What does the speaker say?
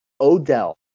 Odell